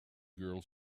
girl